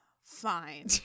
Fine